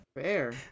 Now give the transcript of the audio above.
fair